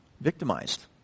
victimized